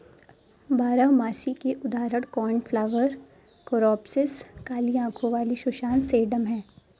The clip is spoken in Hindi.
बारहमासी के उदाहरण कोर्नफ्लॉवर, कोरॉप्सिस, काली आंखों वाली सुसान, सेडम हैं